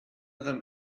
them